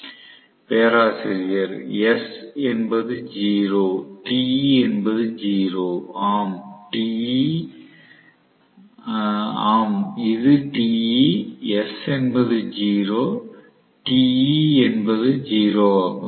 மாணவர் 1257 பேராசிரியர் s என்பது 0 Te என்பது 0 ஆம் இது Te s என்பது 0 Te என்பது 0 ஆகும்